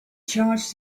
charged